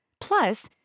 Plus